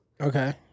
Okay